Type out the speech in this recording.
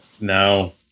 now